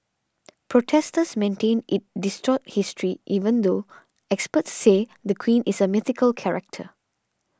protesters maintain it distorts history even though experts say the queen is a mythical character